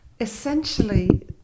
essentially